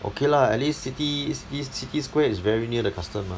okay lah at least city city ci~ city square is very near the custom mah